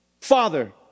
Father